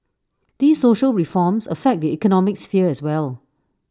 these social reforms affect the economic sphere as well